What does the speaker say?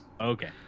Okay